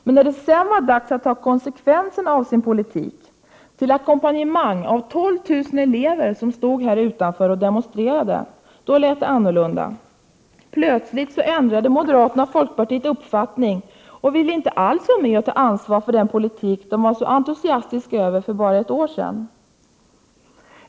Men när det sedan var dags att ta konsekvenserna av sin politik, till ackompanjemang av 12 000 elever, som stod här utanför riksdagshuset och demonstrerade, då lät det annorlunda. Plötsligt ändrade moderaterna och folkpartiet uppfattning och ville inte alls vara med och ta ansvar för den politik som de var så entusiastiska över för bara ett år sedan.